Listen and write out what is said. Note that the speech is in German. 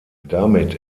damit